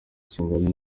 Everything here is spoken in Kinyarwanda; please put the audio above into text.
kingana